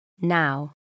Now